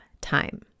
time